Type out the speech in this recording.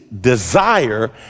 desire